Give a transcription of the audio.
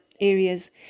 areas